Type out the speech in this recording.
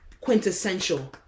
quintessential